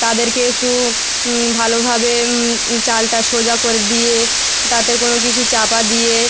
তাদেরকে একটু ভালোভাবে চালটা সোজা করে দিয়ে তাতে কোনও কিছু চাপা দিয়ে